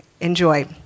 enjoy